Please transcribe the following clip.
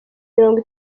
mirongo